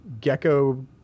Gecko